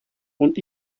und